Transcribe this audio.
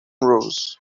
rose